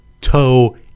toe